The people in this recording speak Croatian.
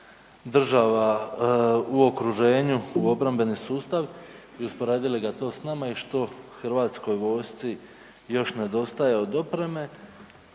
država u okruženju u obrambeni sustav i usporedili ga to s nama i što HV-u još nedostaje od opreme.